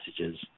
messages